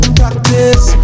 practice